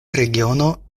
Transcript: regiono